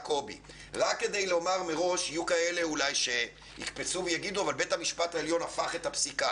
יהיו אולי כאלה שיקפצו ויגידו שבית המשפט העליון הפך את הפסיקה.